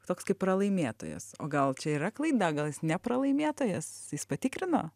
toks kaip pralaimėtojas o gal čia yra klaida gal jis ne pralaimėtojas jis patikrino